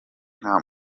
nta